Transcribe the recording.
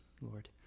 Lord